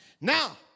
Now